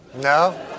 No